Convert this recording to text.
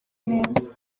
neza